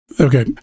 Okay